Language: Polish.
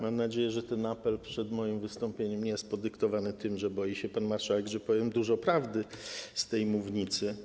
Mam nadzieję, że ten apel przed moim wystąpieniem nie jest podyktowany tym, że boi się pan marszałek, że powiem dużo prawdy z tej mównicy.